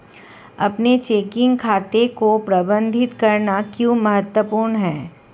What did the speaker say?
अपने चेकिंग खाते को प्रबंधित करना क्यों महत्वपूर्ण है?